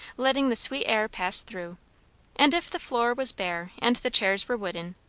letting the sweet air pass through and if the floor was bare and the chairs were wooden,